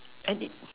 and it